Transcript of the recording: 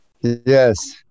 Yes